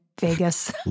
Vegas